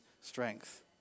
Strength